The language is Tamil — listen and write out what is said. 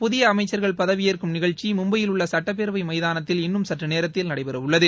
புதிய அமைச்சர்கள் பதவியேற்கும் நிகழ்ச்சி மும்பையில் உள்ள சட்டப்பேரவை மைதானத்தில் இன்னும் சற்று நேரத்தில் நடைபெற உள்ளது